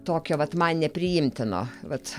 tokio vat man nepriimtino vat